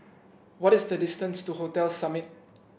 what is the distance to Hotel Summit